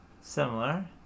Similar